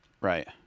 right